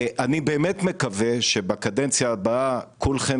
אני באמת מקווה שבקדנציה הבאה כולכם